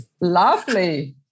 Lovely